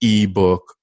ebook